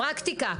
פרקטיקה.